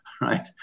Right